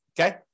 Okay